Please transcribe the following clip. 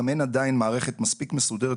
גם אין עדיין מערכת מספיק מסודרת,